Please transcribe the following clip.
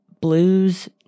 blues